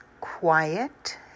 quiet